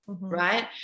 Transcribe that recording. Right